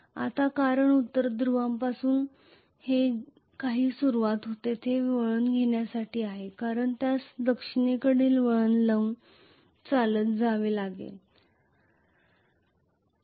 आता कारण उत्तर ध्रुवापासून जे काही सुरू होते ते वळण घेण्यासारखे आहे कारण त्यास दक्षिणेकडील वळण लावून चालत जावे लागते